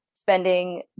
spending